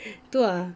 tu ah